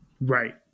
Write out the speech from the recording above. Right